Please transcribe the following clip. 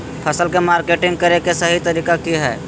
फसल के मार्केटिंग करें कि सही तरीका की हय?